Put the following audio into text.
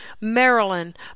Maryland